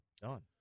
Done